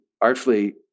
artfully